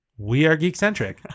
wearegeekcentric